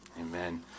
Amen